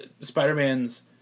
spider-man's